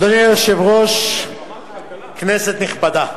אדוני היושב-ראש, כנסת נכבדה,